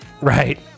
Right